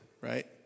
Right